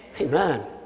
Amen